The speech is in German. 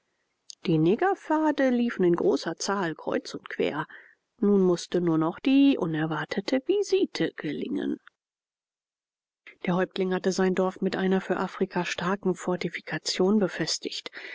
die negerpfade liefen in großer zahl kreuz und quer nun mußte nur noch die unerwartete visite gelingen der häuptling hatte sein dorf mit einer für afrika starken fortifikation befestigt